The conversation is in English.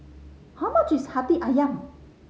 how much is Hati Ayam